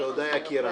תודה, יקירה.